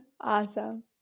Awesome